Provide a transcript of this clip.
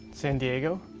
san diego?